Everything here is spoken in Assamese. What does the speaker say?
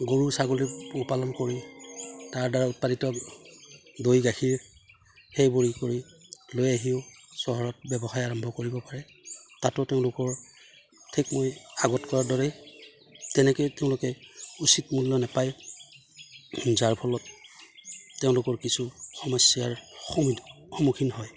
গৰু ছাগলী পোহপালন কৰি তাৰ দ্বাৰা উৎপাদিত দৈ গাখীৰ সেইবোৰ কৰি লৈ আহিও চহৰত ব্যৱসায় আৰম্ভ কৰিব পাৰে তাতো তেওঁলোকৰ ঠিকমৈ আগত কৰাৰ দৰেই তেনেকেই তেওঁলোকে উচিত মূল্য নাপায় যাৰ ফলত তেওঁলোকৰ কিছু সমস্যাৰ সম সন্মুখীন হয়